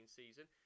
season